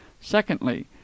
Secondly